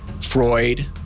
Freud